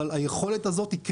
אבל היכולת הזאת היא קריטית.